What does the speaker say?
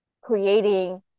creating